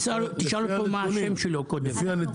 תשאל אותו מה השם שלו קודם.